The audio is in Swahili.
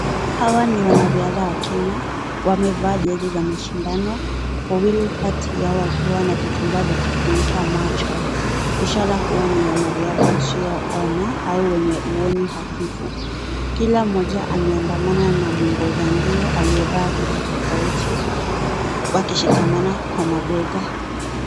Hawa ni wanariadha wa Kenya, wamevaa jezi za mashindano, wawili kati yao wakiwa na vitambaa vya kufunika macho, ishara kuwa ni wanariadha wasio ona au wenye uoni hafifu, kila mmoja ameandamana na meongoza mbio aliye vaa jezi tofauti, akishikamana kwa mabeģa.